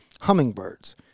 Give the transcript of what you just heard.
hummingbirds